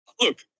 Look